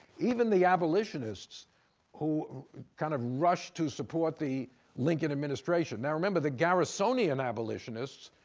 even the abolitionists who kind of rushed to support the lincoln administration. now remember, the garrisonian abolitionists,